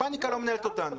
פניקה לא מנהלת אותנו.